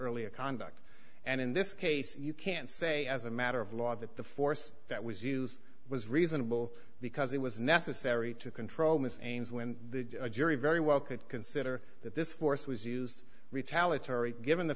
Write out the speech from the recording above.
earlier conduct and in this case you can say as a matter of law that the force that was used was reasonable because it was necessary to control miss ames when the jury very well could consider that this force was used retaliatory given the